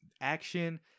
action